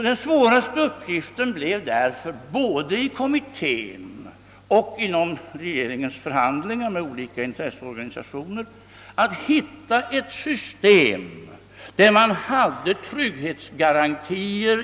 Den svåraste uppgiften både inom kommittén och vid regeringens förhandlingar med olika intresseorganisationer blev därför att finna ett system med inbakade trygghetsgarantier.